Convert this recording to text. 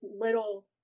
little